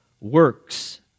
works